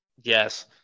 yes